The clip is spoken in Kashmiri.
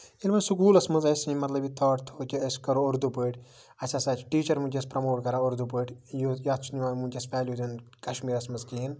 ییٚلہِ وۄنۍ سٔکوٗلَس منٛز اَسہِ یہِ مطلب یہِ تھوٹ تھوٚو کہِ أسۍ کرو اُردوٗ پٲٹھۍ اَسہِ ہسا چھُ ٹیٖچر وٕنکٮ۪س پرموٹ کران اُردٗو پٲٹھۍ یُس یَتھ چھُنہٕ یِوان وٕنکیٚس ویلیوٗ دِنہٕ کَشمیٖرَس منٛز کِہیٖنۍ